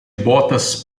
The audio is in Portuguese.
botas